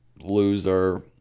loser